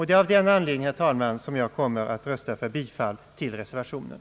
Det är av den anledningen, herr talman, som jag kommer att rösta för bifall till reservationen.